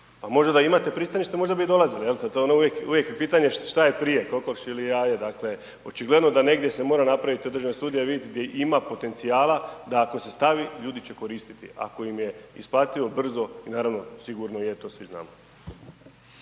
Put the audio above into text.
možda da imate pristanište, možda bi i dolazili, jel' te. Uvijek je pitanje šta je prije, kokoš ili jaje? Dakle očigledno da negdje se mora napraviti određena studija i vidjeti gdje ima potencijala, da ako se stavi, ljudi će koristiti, ako im je isplativo, brzo i naravno sigurno je i to svi znamo.